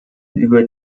über